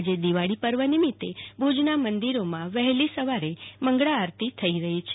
આજે દિવાળી પર્વ નિમિત ભુજના મંદિરોમાં વહેલી સવારે મંગળા આરતી થઈ રહી છે